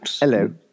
Hello